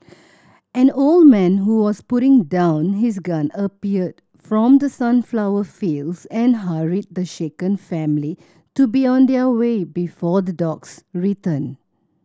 an old man who was putting down his gun appeared from the sunflower fields and hurried the shaken family to be on their way before the dogs return